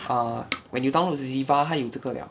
err when you download ziva 他有这个了